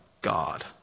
God